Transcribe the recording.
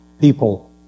people